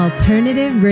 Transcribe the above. Alternative